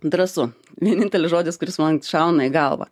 drąsu vienintelis žodis kuris man šauna į galvą